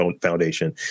Foundation